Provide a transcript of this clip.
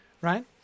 right